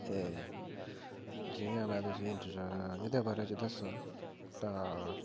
ते जि'यां तुसें गी में एह्दे बारे च दस्सां तां